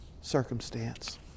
circumstance